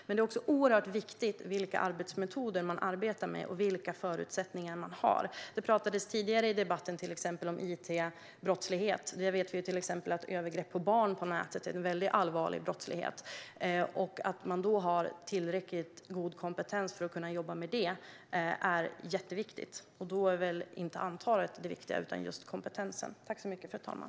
Men det är också oerhört viktigt vilka arbetsmetoder man jobbar med och vilka förutsättningar man har. Tidigare i debatten talades det till exempel om it-brottslighet. Vi vet att övergrepp på barn är ett exempel på allvarlig brottslighet på nätet. Att man har tillräckligt god kompetens för att kunna jobba med detta är jätteviktigt, och då är väl inte antalet det viktiga utan just kompetensen.